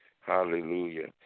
Hallelujah